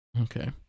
okay